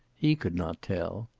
he could not tell.